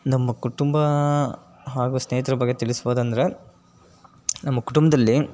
ನಮ್ಮ ಕುಟುಂಬ ಹಾಗೂ ಸ್ನೇಹಿತರ ಬಗ್ಗೆ ತಿಳಿಸ್ಬೋದು ಅಂದರೆ ನಮ್ಮ ಕುಟುಂಬದಲ್ಲಿ